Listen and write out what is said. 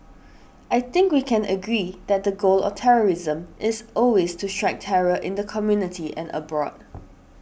I think we can agree that the goal of terrorism is always to strike terror in the community and abroad